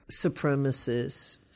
supremacists